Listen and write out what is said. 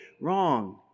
wrong